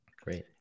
Great